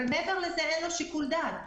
אבל מעבר לזה אין לו שיקול דעת.